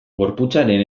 gorputzaren